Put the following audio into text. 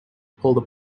pulled